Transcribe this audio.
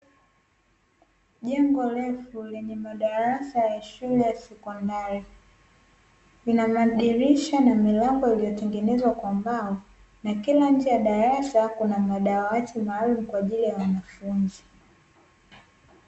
Jengo refu lenye madarasa ya shule ya sekondari, lina madirisha na milango iliyo tengenezwa kwa mbao, na kila nje ya darasa kuna madawati maalum kwa ajili ya wanafunzi.